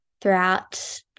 throughout